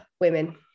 women